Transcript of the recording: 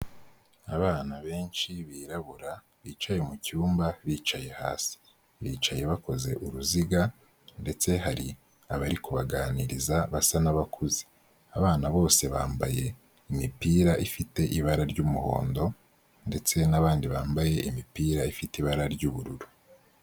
Abana benshi birabura bicaye mu cyumba, bicaye hasi, bicaye bakoze uruziga ndetse hari abari kubaganiriza basa n'abakuze. Abana bose bambaye imipira ifite ibara ry'umuhondo ndetse n'abandi bambaye imipira ifite ibara ry'ubururu.